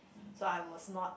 so I was not